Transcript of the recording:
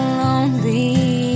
lonely